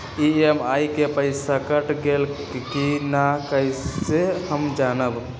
EMI के पईसा कट गेलक कि ना कइसे हम जानब?